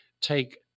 take